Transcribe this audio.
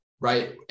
right